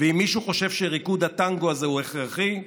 ואם מישהו חושב שריקוד הטנגו הזה הוא הכרחי,